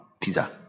pizza